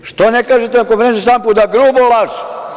Zašto ne kažete na konferenciji za štampu da grubo laže?